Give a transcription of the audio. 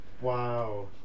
Wow